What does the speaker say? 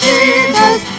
Jesus